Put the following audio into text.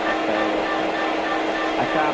চার টাকা করে আচ্ছা আচ্ছা